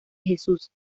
jesús